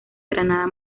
granada